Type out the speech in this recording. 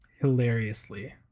Hilariously